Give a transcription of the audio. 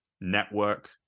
Network